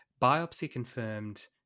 biopsy-confirmed